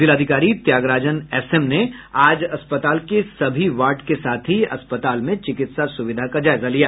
जिलाधिकारी त्यागराजन एसएम ने आज अस्पताल के सभी वार्ड के साथ ही अस्पताल में चिकित्सा सुविधा का जायजा लिया